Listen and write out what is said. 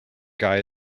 guy